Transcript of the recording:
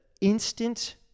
instant